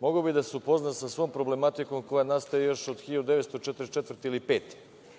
mogao bi da se upozna sa svom problematikom koja nastaje još od 1944. ili